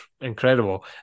incredible